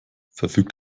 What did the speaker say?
verfügt